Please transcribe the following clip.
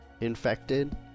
infected